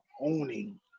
owning